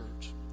Church